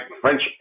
French